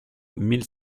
mille